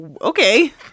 Okay